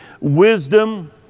wisdom